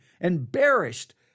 embarrassed